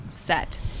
Set